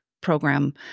program